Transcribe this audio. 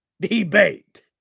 debate